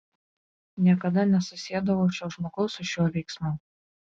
niekada nesusiedavau šio žmogaus su šiuo veiksmu